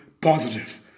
positive